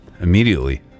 immediately